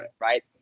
Right